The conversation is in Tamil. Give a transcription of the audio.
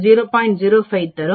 05 தரும்